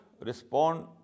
respond